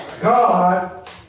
God